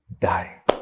die